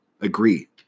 agree